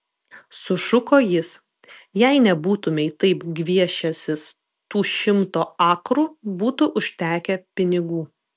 sušuko jis jei nebūtumei taip gviešęsis tų šimto akrų būtų užtekę pinigų